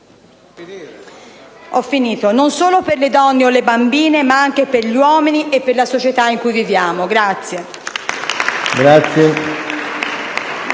migliore, non solo per le donne o le bambine, ma anche per gli uomini e per la società in cui viviamo.